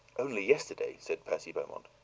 only yesterday, said percy beaumont.